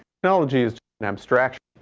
technology is an abstraction.